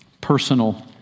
personal